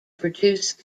produce